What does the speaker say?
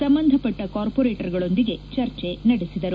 ಸಂಬಂಧಪಟ್ಟ ಕಾರ್ಮೋರೇಟರ್ಗಳೊಂದಿಗೆ ಚರ್ಚೆ ನಡೆಸಿದರು